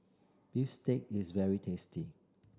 bistake is very tasty